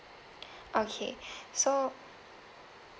okay so